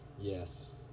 yes